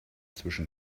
zwischen